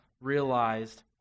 realized